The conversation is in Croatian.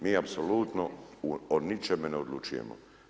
Mi apsolutno o ničemu ne odlučujemo.